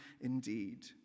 indeed